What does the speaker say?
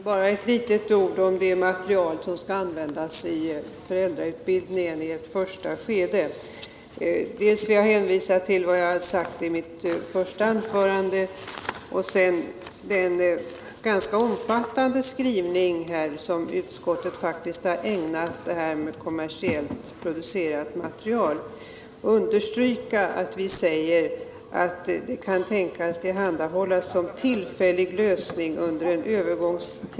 Herr talman! Bara ett par ord om det material som skall användas i föräldrautbildningen i dess första skede. Jag vill hänvisa dels till vad jag sade i mitt inledningsanförande, dels till den rätt omfattande skrivning som utskottet ägnat frågan om kommersiellt producerat material. Jag vill understryka att utskottet framhåller att man kan tänka sig att det tillhandahålls som en tillfällig lösning under en övergångstid.